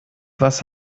was